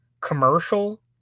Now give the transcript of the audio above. commercial